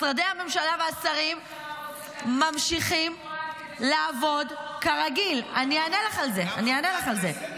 משרדי הממשלה והשרים ----- היא לא אמרה לי